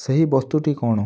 ସେହି ବସ୍ତୁଟି କ'ଣ